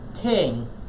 king